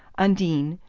undine,